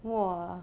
!wah!